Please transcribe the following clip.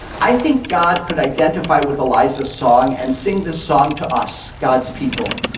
i think god could identify with eliza's song and sing this song to us, god's people.